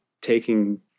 taking